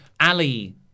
Ali